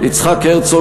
יצחק הרצוג,